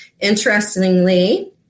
Interestingly